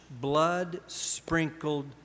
blood-sprinkled